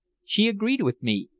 she agreed with me,